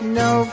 no